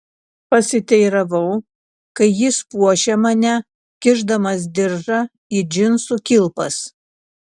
pasiteiravau kai jis puošė mane kišdamas diržą į džinsų kilpas